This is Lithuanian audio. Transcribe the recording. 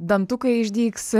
dantukai išdygs